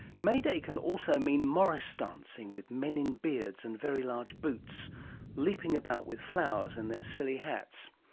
may day can also mean morris dancing with men in beards and very large boots leaping about with flowers in their silly hats.